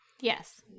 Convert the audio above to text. Yes